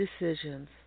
decisions